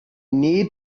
need